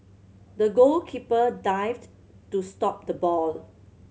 the goalkeeper dived to stop the ball